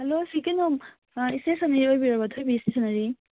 hello ꯁꯤ ꯀꯩꯅꯣꯝ stationery ꯑꯣꯏꯕꯤꯔꯕꯣ ꯊꯣꯏꯕꯤ ꯏꯁꯇꯦꯁꯟꯅꯦꯔꯤ